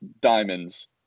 diamonds